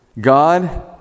God